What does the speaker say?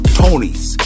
tony's